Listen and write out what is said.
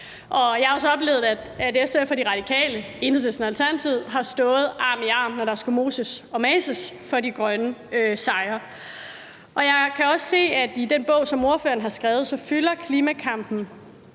jeg har jo også oplevet, at SF, De Radikale, Enhedslisten og Alternativet har stået arm i arm, når der skulle moses og mases for de grønne sejre. Jeg kan også se, at i den bog, som ordføreren har skrevet, fylder klimakampen